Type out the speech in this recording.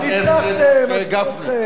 ניצחתם, אזקו אתכם.